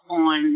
on